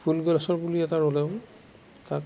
ফুল গছৰ পুলি এটা ৰুলেও তাত